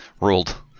Ruled